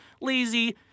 lazy